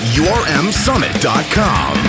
urmsummit.com